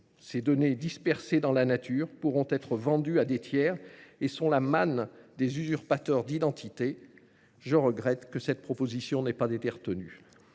Ces données dispersées dans la nature pourront être vendues à des tiers et sont la manne des usurpateurs d’identité. Dès lors, je regrette que notre proposition n’ait pas été retenue.